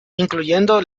incluyendo